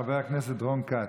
חבר הכנסת רון כץ,